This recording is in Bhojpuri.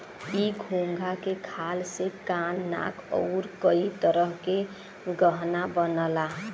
इ घोंघा के खाल से कान नाक आउर कई तरह के गहना बनला